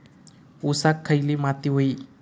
ऊसाक खयली माती व्हयी?